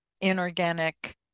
inorganic